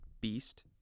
beast